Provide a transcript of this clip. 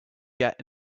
get